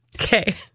Okay